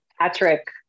Patrick